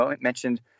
mentioned